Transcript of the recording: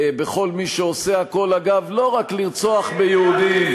בכל מי שעושה הכול, אגב, לא רק לרצוח ביהודים,